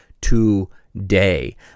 today